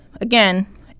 again